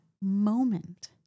moment